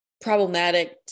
problematic